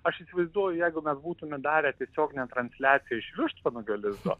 aš įsivaizduoju jeigu mes būtume darę tiesioginę transliaciją iš vištvanagio lizdo